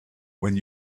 when